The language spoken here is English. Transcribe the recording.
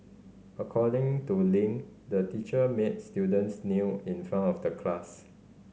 according to Ling the teacher made students kneel in front of the class